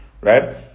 right